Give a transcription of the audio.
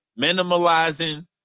minimalizing